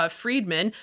ah friedman.